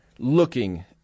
looking